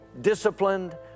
disciplined